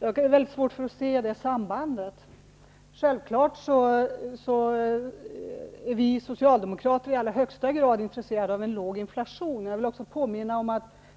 Jag har svårt att se det sambandet. Självfallet är vi Socialdemokrater i allra högsta grad intresserade av en låg inflation.